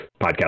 podcast